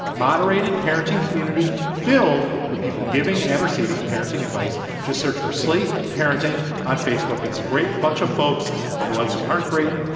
moderated parenting community filled with people giving and receiving parenting advice. just search for sleep parenting on facebook. it's a great bunch of folks and the ones who aren't great.